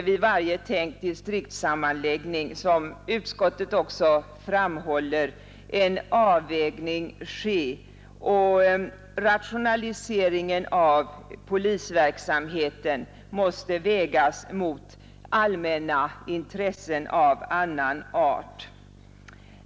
Vid varje påtänkt distriktssammanläggning måste alltså, som utskottet också framhåller, en avvägning ske, och rationaliseringen av polisverksamheten måste vägas mot allmänna intressen av annan art.